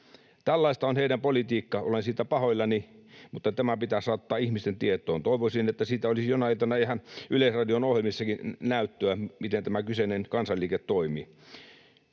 Tällaista on heidän politiikkansa, ja olen siitä pahoillani, mutta tämä pitää saattaa ihmisten tietoon. Toivoisin, että siitä olisi jonain iltana ihan Yleisradion ohjelmissakin näyttöä, miten tämä kyseinen kansanliike toimi.